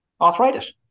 Arthritis